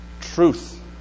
truth